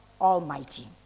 Almighty